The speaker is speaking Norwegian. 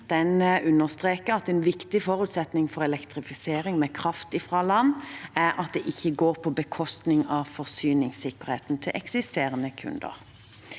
Den understreker at en viktig forutsetning for elektrifisering med kraft fra land er at det ikke går på bekostning av forsyningssikkerheten til eksisterende kunder.